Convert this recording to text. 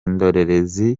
ndorerezi